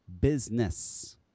business